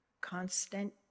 constant